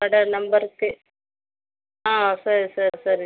கடை நம்பர்க்கே ஆ சரி சரி சரி